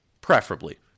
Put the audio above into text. Preferably